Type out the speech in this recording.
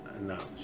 no